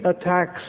attacks